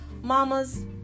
mamas